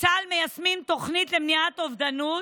מיישמים תוכנית למניעת אובדנות.